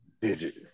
Digit